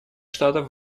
штатов